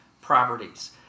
properties